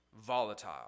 volatile